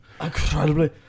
incredibly